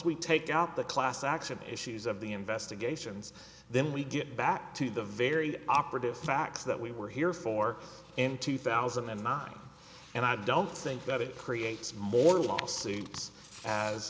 we take out the class action issues of the investigations then we get back to the very operative facts that we were here for in two thousand and nine and i don't think that it creates more lawsuits as